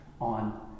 on